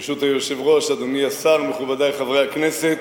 ברשות היושב-ראש, אדוני השר, מכובדי חברי הכנסת,